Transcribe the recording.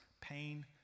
pain